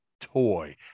toy